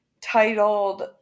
titled